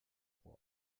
trois